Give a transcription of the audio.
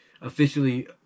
officially